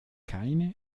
keine